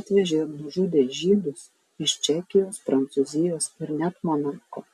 atvežė ir nužudė žydus iš čekijos prancūzijos ir net monako